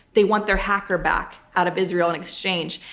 they want their hacker back out of israel in exchange.